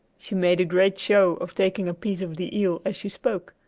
she made a great show of taking a piece of the eel as she spoke,